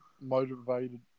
motivated